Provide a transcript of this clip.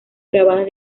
grabadas